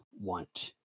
want